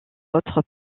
autres